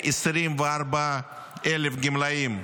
ל-124,000 גמלאים.